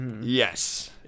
Yes